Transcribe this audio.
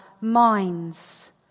minds